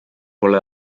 pole